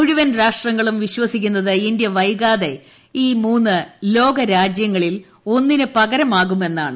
മുഴുവൻ രാഷ്ട്രങ്ങളും വിശ്വസിക്കുന്നത് ഇന്ത്യ വൈകാതെ ഈ മൂന്നു ലോക രാജ്യങ്ങളിൽ ഒന്നിന് പകരമാവുമെന്നാണ്